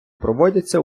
проводяться